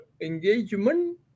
engagement